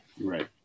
Right